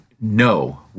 no